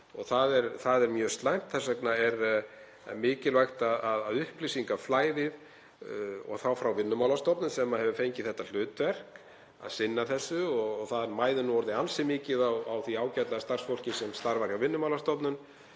það er mjög slæmt. Þess vegna er mikilvægt að upplýsingaflæðið — og þá frá Vinnumálastofnun, sem hefur fengið það hlutverk að sinna þessu, og það mæðir nú orðið ansi mikið á því ágæta starfsfólki sem starfar hjá Vinnumálastofnun.